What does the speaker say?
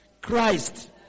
Christ